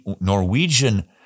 Norwegian